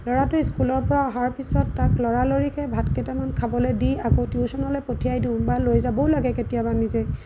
ল'ৰাটো স্কুলৰ পৰা অহাৰ পিছত তাক লৰালৰিকে ভাত কেইটামান খাবলৈ দি আকৌ টিউশ্যনলৈ পঠিয়াই দিওঁ বা লৈ যাবও লাগে কেতিয়াবা নিজে